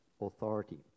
authority